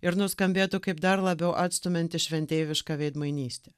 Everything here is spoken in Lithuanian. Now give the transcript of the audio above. ir nuskambėtų kaip dar labiau atstumiantis šventeiviška veidmainystė